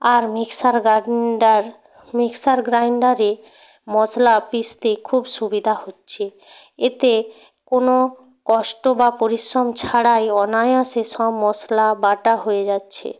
আর mixer grinder mixer গ্রাইন্ডারে মশলা পিষতে খুব সুবিধা হচ্ছে এতে কোনো কষ্ট বা পরিশ্রম ছাড়া এই অনায়াসে সব মশলা বাটা হয়ে যাচ্ছে